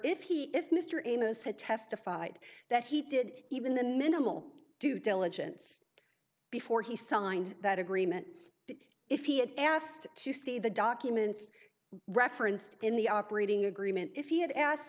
if he if mr amos had testified that he did even the minimal due diligence before he signed that agreement if he had asked to see the documents referenced in the operating agreement if he had asked